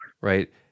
right